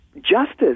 Justice